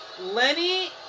Lenny